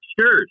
Sure